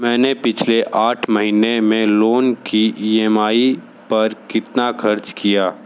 मैंने पिछले आठ महीने में लोन की ई एम आई पर कितना खर्च किया